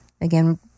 Again